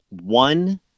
one